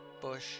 Bush